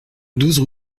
douze